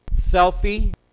selfie